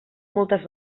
moltes